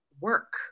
work